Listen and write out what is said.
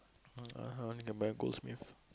uh uh-huh only can buy goldsmith